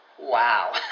wow